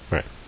Right